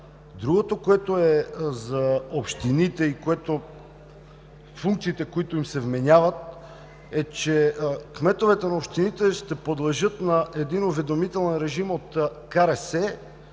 Другото, което е за общините и функциите, които им се вменяват, е, че кметовете на общините ще подлежат на уведомителен режим от